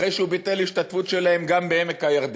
אחרי שהוא ביטל השתתפות שלהם גם בעמק-הירדן.